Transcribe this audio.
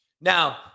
Now